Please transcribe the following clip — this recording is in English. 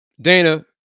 Dana